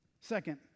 Second